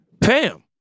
Pam